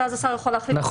ואז השר יכול להחליט אם